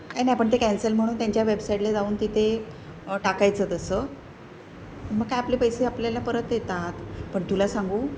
काही नाही आपण ते कॅन्सल म्हणून त्यांच्या वेबसाईटला जाऊन तिथे टाकायचं तसं मग काय आपले पैसे आपल्याला परत येतात पण तुला सांगू